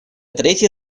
третье